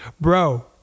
bro